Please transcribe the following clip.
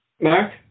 Mark